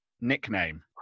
Nickname